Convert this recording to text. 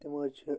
تِم حظ چھِ